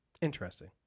interesting